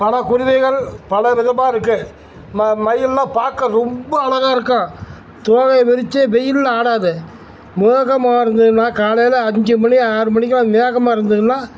ஆனால் குருவிகள் பலவிதமாக இருக்குது ம மயில்னால் பார்க்க ரொம்ப அழகா இருக்கும் தோகையை விரிச்சு வெயிலில் ஆடாது மேகமாக இருந்ததுன்னா காலையில் அஞ்சு மணி ஆறு மணிக்கு மேகமாக இருந்ததுனா